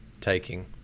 taking